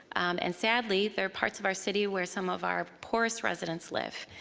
and sadly, there are parts of our city where some of our poorest residents live.